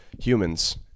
humans